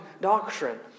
doctrine